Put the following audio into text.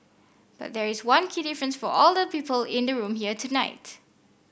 but there is one key difference for all the people in the room here tonight